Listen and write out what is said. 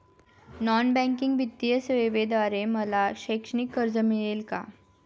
Non banking वित्तीय सेवेद्वारे मला शैक्षणिक कर्ज मिळेल का?